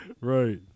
Right